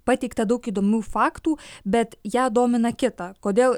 pateikta daug įdomių faktų bet ją domina kita kodėl